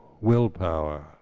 willpower